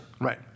Right